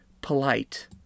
polite